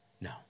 No